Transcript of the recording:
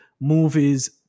movies